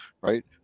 right